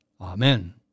Amen